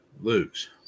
lose